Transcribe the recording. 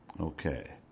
Okay